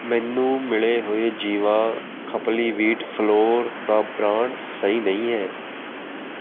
ਮੈਨੂੰ ਮਿਲੇ ਹੋਏ ਜੀਵਾ ਖਪਲੀ ਵੀਟ ਫਲੌਰ ਦਾ ਬ੍ਰਾਂਡ ਸਹੀ ਨਹੀਂ ਹੈ